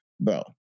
bro